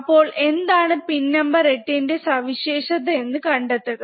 അപ്പോൾ എന്താണ് pin number 8 ന്റെ സവിശേഷത എന്നു കണ്ടെത്തുക